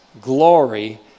glory